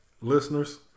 listeners